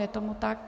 Je tomu tak.